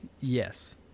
Yes